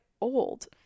old